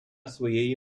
своєї